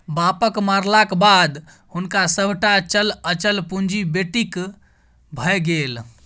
बापक मरलाक बाद हुनक सभटा चल अचल पुंजी बेटीक भए गेल